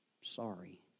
sorry